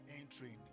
entering